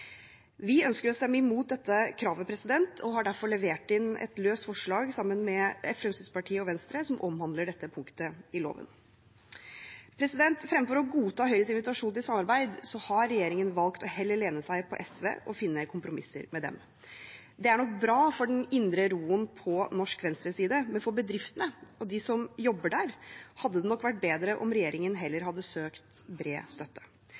Vi ønsker å stemme imot dette kravet og har derfor levert inn et løst forslag, sammen med Fremskrittspartiet og Venstre, som omhandler dette punktet i loven. Fremfor å godta Høyres invitasjon til samarbeid har regjeringen valgt heller å lene seg på SV og finne kompromisser med dem. Det er nok bra for den indre roen på norsk venstreside, men for bedriftene og de som jobber der, hadde det vært bedre om regjeringen heller hadde søkt bred støtte.